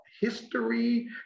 history